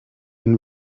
been